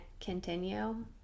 continue